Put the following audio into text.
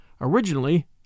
originally